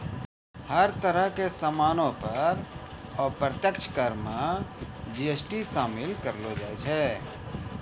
हर तरह के सामानो पर अप्रत्यक्ष कर मे जी.एस.टी शामिल करलो जाय छै